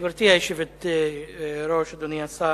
גברתי היושבת-ראש, אדוני השר,